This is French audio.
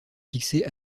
fixé